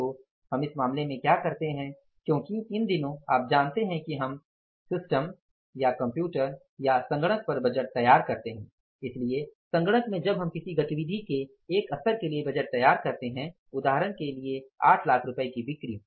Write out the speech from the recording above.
तो हम इस मामले में क्या करते हैं क्योंकि इन दिनों आप जानते हैं कि हम सिस्टम पर कंप्यूटर पर बजट तैयार करते हैं इसलिए कंप्यूटर में जब हम किसी गतिविधि के एक स्तर के लिए बजट तैयार करते हैं उदाहरण के लिए 8 लाख रुपए की बिक्री